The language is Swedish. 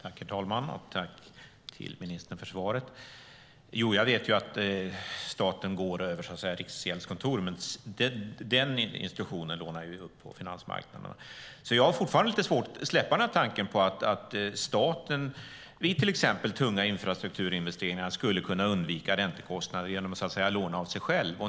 Herr talman! Tack för svaret, ministern! Jo, jag vet att staten går över Riksgäldskontoret, men den institutionen lånar ju upp på finansmarknaderna. Jag har fortfarande lite svårt att släppa tanken på att staten vid till exempel tunga infrastrukturinvesteringar skulle kunna undvika räntekostnader genom att så att säga låna av sig själv.